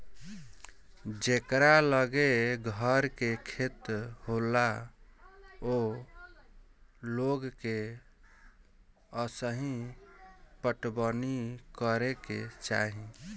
जेकरा लगे घर के खेत होला ओ लोग के असही पटवनी करे के चाही